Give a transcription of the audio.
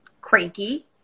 cranky